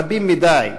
רבים מדי,